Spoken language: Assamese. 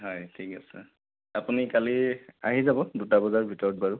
হয় ঠিক আছে আপুনি কালি আহি যাব দুটা বজাৰ ভিতৰত বাৰু